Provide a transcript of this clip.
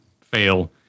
fail